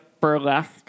burlesque